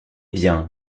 bien